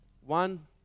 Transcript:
One